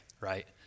right